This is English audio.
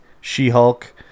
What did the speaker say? She-Hulk